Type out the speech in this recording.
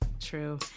True